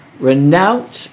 renounce